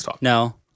no